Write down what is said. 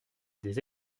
des